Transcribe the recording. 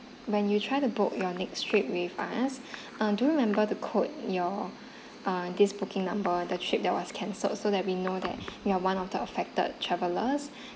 when you try to book your next trip with us uh do remember the code your uh this booking number the trip that was cancelled so that we know that you are one of the affected travellers